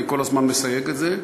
אני כל הזמן מסייג את זה,